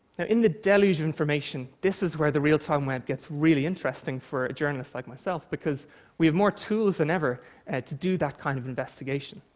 in the deluge of information, this is where the real-time web gets really interesting for a journalist like myself, because we have more tools than ever to do that kind of investigation.